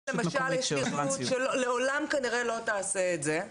אם למשל יש לי רשות שהיא לא עולם כנראה לא תעשה את זה,